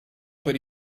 per